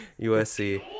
USC